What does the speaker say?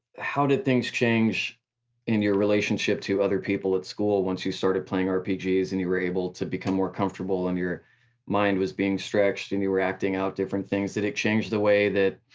how did things change in your relationship to other people at school once you started playing rpgs and you were able to become more comfortable and your mind was being stretched and you were acting out different things, did it change the way that,